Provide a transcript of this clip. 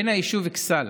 בין היישוב אכסאל